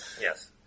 Yes